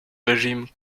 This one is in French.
régime